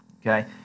okay